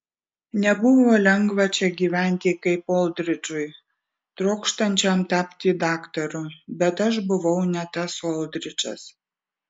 nebuvo lengva čia gyventi kaip oldridžui trokštančiam tapti daktaru bet aš buvau ne tas oldridžas